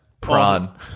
prawn